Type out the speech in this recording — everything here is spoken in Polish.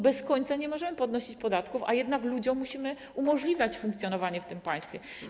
Bez końca nie możemy podnosić podatków, a jednak ludziom musimy umożliwiać funkcjonowanie w tym państwie.